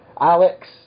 Alex